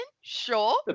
sure